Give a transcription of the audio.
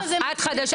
את חדשה